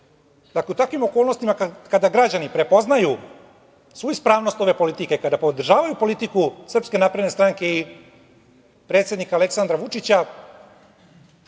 dakle u takvim okolnostima, kada građani prepoznaju svu ispravnost ove politike, kada podržavaju politiku SNS i predsednika Aleksandra Vučića,